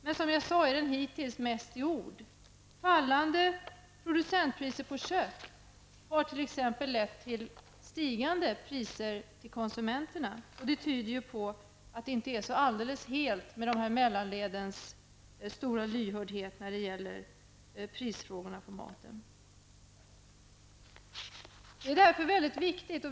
Men som jag sade har det hittills mest gällt i ord. Fallande producentpriser på kött har t.ex. lett till stigande priser för konsumenterna. Det tyder på att mellanledens stora lyhördhet när det gäller priserna på maten inte är heltäckande.